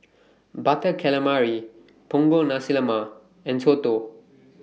Butter Calamari Punggol Nasi Lemak and Soto